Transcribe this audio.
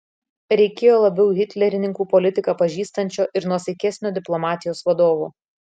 reikėjo labiau hitlerininkų politiką pažįstančio ir nuosaikesnio diplomatijos vadovo